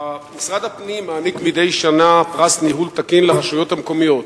משרד הפנים מעניק מדי שנה פרס ניהול תקין לרשויות המקומיות.